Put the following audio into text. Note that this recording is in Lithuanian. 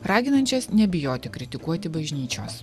raginančias nebijoti kritikuoti bažnyčios